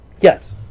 Yes